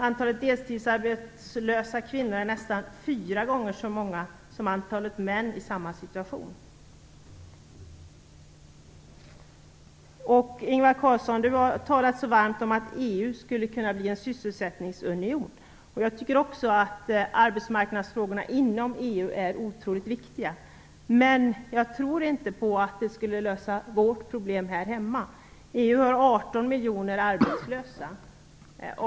Antalet deltidsarbetslösa kvinnor är nästan fyra gånger så stort som antalet män i samma situation. Ingvar Carlsson talar så varmt om att EU skulle kunna bli en sysselsättningsunion. Jag tycker också att arbetsmarknadsfrågorna inom EU är otroligt viktiga, men jag tror inte att EU skulle kunna lösa problemen här hemma. EU har 18 miljoner arbetslösa.